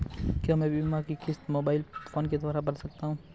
क्या मैं बीमा की किश्त मोबाइल फोन के द्वारा भर सकता हूं?